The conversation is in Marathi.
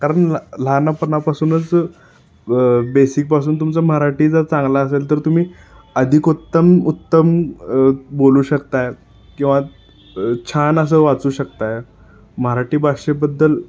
कारण ल लहानपणापासूनच बेसिकपासून तुमचं मराठी जर चांगलं असंल तर तुम्ही अधिक उत्तम उत्तम बोलू शकत आहे किंवा छान असं वाचू शकत आहे मराठी भाषेबद्दल